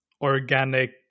organic